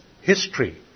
history